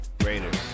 Raiders